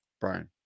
Brian